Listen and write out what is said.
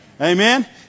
Amen